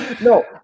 No